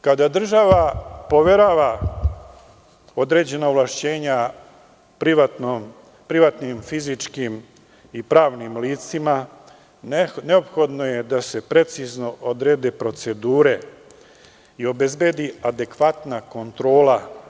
Kada država poverava određena ovlašćenja privatnim, fizičkim i pravnim licima, neophodno je da se precizno odrede procedure i obezbedi adekvatna kontrola.